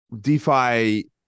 DeFi